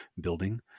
building